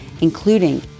including